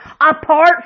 apart